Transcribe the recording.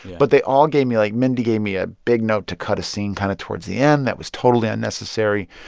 but they all gave me like, mindy gave me a big note to cut a scene kind of towards the end that was totally unnecessary.